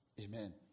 Amen